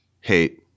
hate